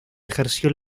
ejerció